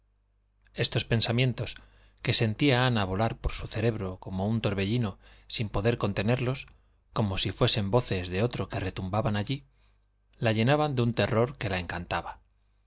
estos pensamientos que sentía ana volar por su cerebro como un torbellino sin poder contenerlos como si fuesen voces de otro que retumbaban allí la llenaban de un terror que la encantaba